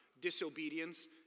disobedience